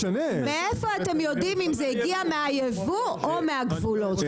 מאיפה אתם יודעים אם זה הגיע מהייבוא או מהגבולות?